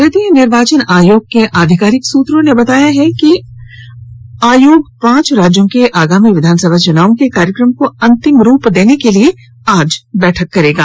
भारतीय निर्वाचन आयोग के आधिकारिक सूत्रों ने बताया कि आज आयोग पांच राज्यों के आगामी विधानसभा चुनावों के कार्यक्रम को अंतिम रूप देने के लिए बैठक करेगा